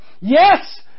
Yes